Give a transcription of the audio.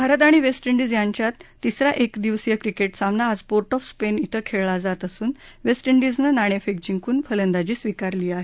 भारत आणि West Indies यांच्यात तिसरा एकदिवशीय क्रिकेट सामना आज पोर्ट ऑफ स्पेन इथं खेळला जात असून वेस्ट इंडिज नं नाणे फेक जिंकून फलंदाजी स्वीकारली आहे